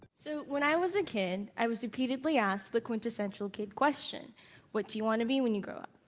so when i was a kid, i was repeatedly asked the quintessential kid question what do you want to be when you grow up?